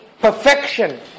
perfection